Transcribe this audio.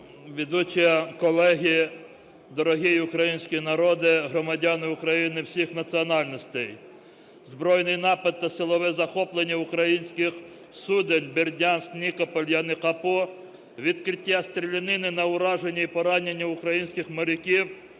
ведуча, колеги, дорогий український народе, громадяни України всіх національностей! Збройний напад та силове захоплення українських суден "Бердянськ", "Нікополь", "Яни Капу", відкриття стрілянини на ураження і поранення українських моряків